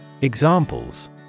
Examples